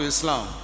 Islam